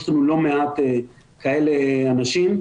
יש לנו לא מעט כאלה אנשים,